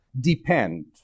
depend